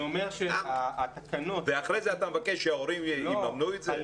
אני אומר שהתקנות --- ואחרי זה אתה מבקש שההורים יממנו את זה?